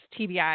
TBI